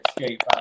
escape